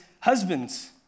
husbands